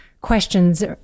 questions